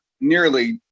nearly